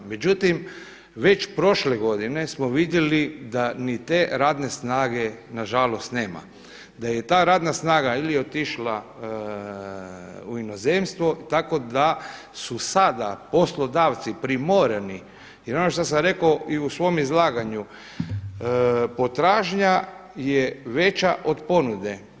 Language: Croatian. Međutim, već prošle godine smo vidjeli da ni te radne snage na žalost nema, da je ta radna snaga ili otišla u inozemstvo, tako da su sada poslodavci primorani, jer ono što sam rekao i u svom izlaganju, potražnja je veća od ponude.